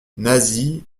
nasie